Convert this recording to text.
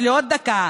יש לי עוד דקה.